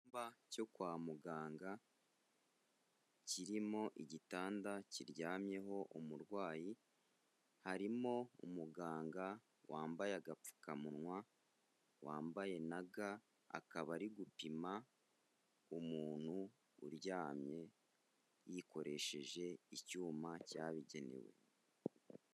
Icyumba cyo kwa muganga kirimo igitanda kiryamyeho umurwayi, harimo umuganga wambaye agapfukamunwa, wambaye na ga, akaba ari gupima umuntu uryamye yikoresheje icyuma cyabigenewe.